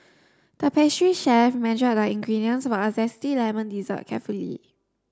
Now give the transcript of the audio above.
the pastry chef measured the ingredients for a zesty lemon dessert carefully